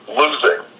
losing